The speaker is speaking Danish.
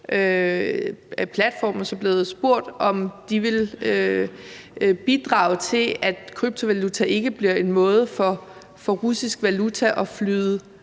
kryptoplatforme, som er blevet spurgt, om de vil bidrage til, at kryptovaluta ikke bliver en måde for russisk valuta at flyde